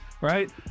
right